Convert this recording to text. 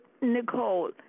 Nicole